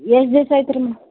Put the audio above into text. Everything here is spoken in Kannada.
ಎಷ್ಟು ದಿವ್ಸ ಆಯ್ತು ರೀ